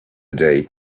day